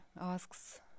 asks